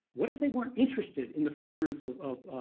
what if they weren't interested in the furtherance of